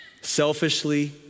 selfishly